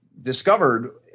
discovered